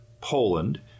Poland